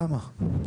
כמה?